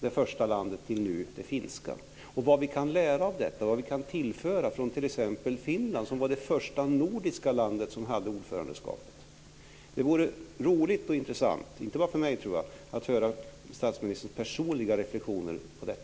det första landet till nu det finska, vad vi kan lära av detta och vad vi kan tillföra utifrån t.ex. Finland, som var det första nordiska landet som innehade ordförandeskapet. Det vore roligt och intressant, inte bara för mig tror jag, att få höra statsministerns personliga reflexioner om detta.